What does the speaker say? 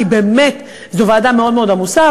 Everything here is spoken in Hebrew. כי באמת זו ועדה מאוד מאוד עמוסה,